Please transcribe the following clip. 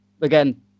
again